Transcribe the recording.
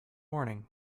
morning